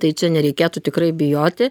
tai čia nereikėtų tikrai bijoti